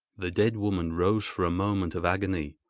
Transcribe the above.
the dead woman rose for a moment of agony,